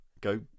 Go